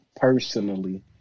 personally